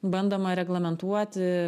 bandoma reglamentuoti